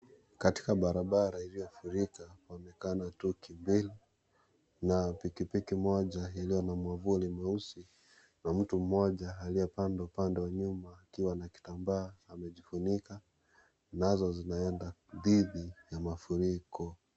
Katika barabara iliyofurika paonekana tuki mbili na pikipiki moja iliyo na mwavuli nyeusi na mtu mmoja aliyepanda upande wa nyuma akiwa na kitambaa amejifunika, nazo zinaenda didhi ya mafuriko.